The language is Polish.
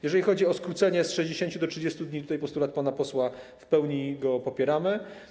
Jeżeli chodzi o to skrócenie z 60 do 30 dni - tutaj postulat pana posła - to w pełni to popieramy.